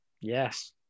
Yes